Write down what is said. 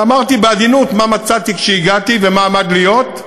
ואמרתי בעדינות מה מצאתי כשהגעתי, ומה עמד להיות,